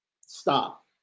Stop